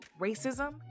Racism